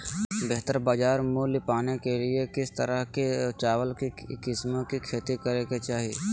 बेहतर बाजार मूल्य पाने के लिए किस तरह की चावल की किस्मों की खेती करे के चाहि?